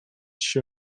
się